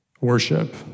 worship